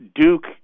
Duke